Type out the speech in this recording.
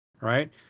right